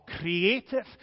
creative